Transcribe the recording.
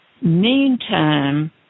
Meantime